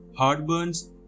heartburns